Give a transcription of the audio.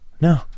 No